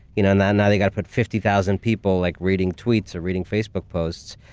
you know and now they've got to put fifty thousand people like reading tweets or reading facebook posts,